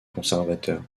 conservateur